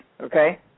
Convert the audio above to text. okay